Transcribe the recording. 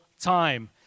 time